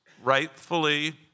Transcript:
rightfully